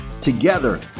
Together